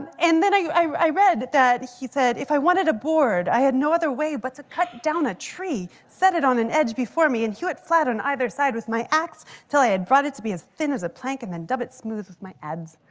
and then i i read that he said, if i wanted a board, i had no other way but to cut down a tree, set it on an edge before me and hew it flat on either side with my ax till i had brought it to be as thin as a plank and then dub it smoothed my adze.